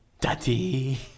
daddy